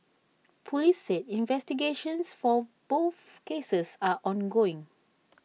Police said investigations for both cases are ongoing